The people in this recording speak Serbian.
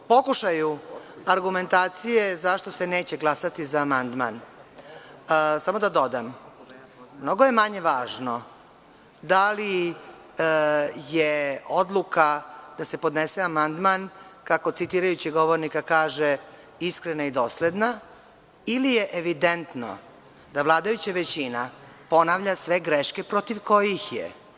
U pokušaju argumentacije zašto se neće glasati za amandman, samo da dodam, mnogo je manje važno da li je odluka da se podnese amandman, kako citirajući govornika kaže iskrena i dosledna ili je evidentno da vladajuća većina ponavlja sve greške protiv kojih je.